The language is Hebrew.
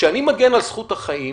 כשאני מגן על זכות החיים,